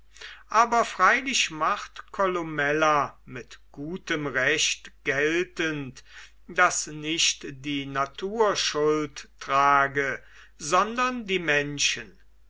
aber freilich macht columella mit gutem recht geltend daß nicht die natur schuld trage sondern die menschen